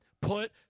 Put